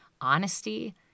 honesty